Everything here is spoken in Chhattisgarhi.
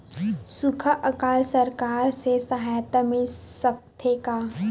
सुखा अकाल सरकार से सहायता मिल सकथे का?